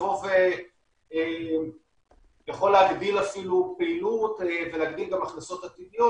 יכולה להגדיל אפילו פעילות ולהגדיל גם הכנסות עתידיות.